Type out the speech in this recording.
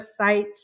website